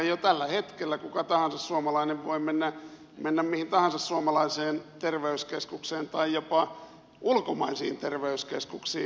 jo tällä hetkellä kuka tahansa suomalainen voi mennä mihin tahansa suomalaiseen terveyskeskukseen tai jopa ulkomaisiin terveyskeskuksiin